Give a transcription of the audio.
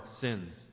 sins